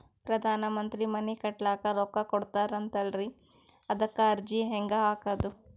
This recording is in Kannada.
ಪ್ರಧಾನ ಮಂತ್ರಿ ಮನಿ ಕಟ್ಲಿಕ ರೊಕ್ಕ ಕೊಟತಾರಂತಲ್ರಿ, ಅದಕ ಅರ್ಜಿ ಹೆಂಗ ಹಾಕದು?